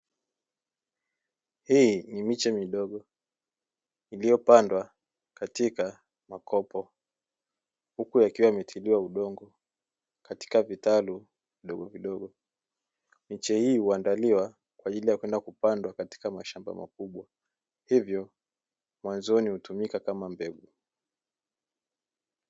Hii ni miche midogo iliyopandwa katika makopo huku yakiwa yametiliwa udongo katika vitalu vidogovidogo, miche hii uandaliwa kwa ajili ya kwenda kupandwa katika mashamba makubwa hivyo mwanzo hutumika kama mbegu.